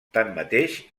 tanmateix